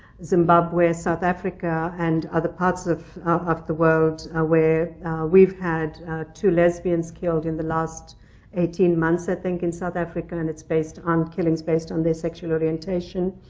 zimbabwe and south africa, and other parts of of the world, ah where we've had two lesbians killed in the last eighteen months, i think, in south africa. and it's based on killings based on their sexual orientation.